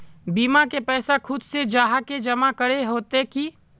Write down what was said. बीमा के पैसा खुद से जाहा के जमा करे होते की?